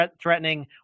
threatening